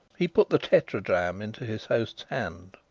he put the tetradrachm into his host's hand.